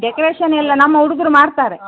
ಡೆಕೊರೇಶನ್ನೆಲ್ಲ ನಮ್ಮ ಹುಡುಗರು ಮಾಡ್ತಾರೆ